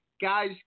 Guys